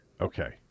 Okay